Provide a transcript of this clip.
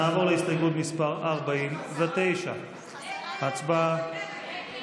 נעבור להסתייגות מס' 49. הצבעה.